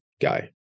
guy